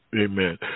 Amen